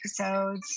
episodes